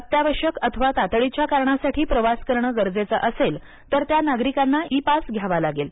अत्यावश्यक अथवा तातडीच्या कारणासाठी प्रवास करणं गरजेचं असेल तर त्या नागरिकांना इ पास घ्यावा लागेल